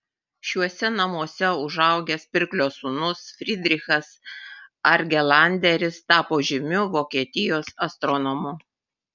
šiuose namuose užaugęs pirklio sūnus frydrichas argelanderis tapo žymiu vokietijos astronomu